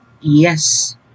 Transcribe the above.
yes